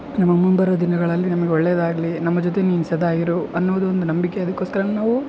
ಇನ್ನು ಮುಂಬರೋ ದಿನಗಳಲ್ಲಿ ನಮಗೆ ಒಳ್ಳೆಯದಾಗಲಿ ನಮ್ಮ ಜೊತೆ ನೀನು ಸದಾ ಇರು ಅನ್ನೋದು ಒಂದು ನಂಬಿಕೆ ಅದಕ್ಕೋಸ್ಕರ ನಾವು